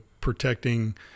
protecting